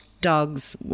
dogs